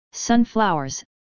Sunflowers